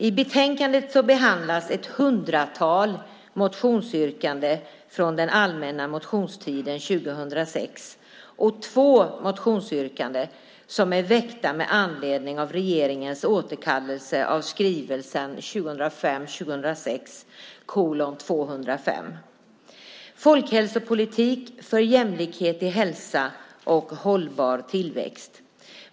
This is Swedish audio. I betänkandet behandlas ett hundratal motionsyrkanden från den allmänna motionstiden 2006 och två motionsyrkanden som är väckta med anledning av regeringens återkallelse av skrivelsen 2005/06: 205 Folkhälsopolitik för jämlikhet i hälsa och hållbar tillväxt .